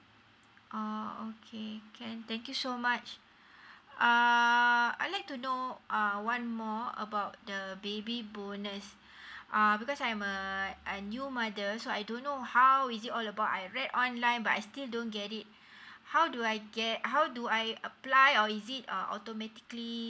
oh okay can thank you so much uh I like to know uh one more about the baby bonus uh because I'm a new mother so I don't know how is it all about I read online but I still don't get it how do I get how do I apply or is uh automatically